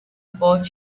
aboard